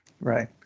Right